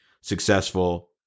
successful